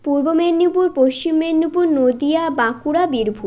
Purba Medinipur Paschim Medinipur Nadia Bankura Birbhum